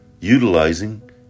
Utilizing